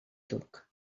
turc